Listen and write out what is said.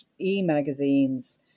e-magazines